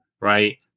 right